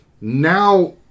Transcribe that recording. now